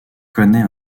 connaît